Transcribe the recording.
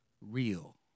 real